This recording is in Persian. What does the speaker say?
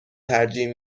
ترجیح